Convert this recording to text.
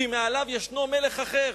כי מעליו יש מלך אחר.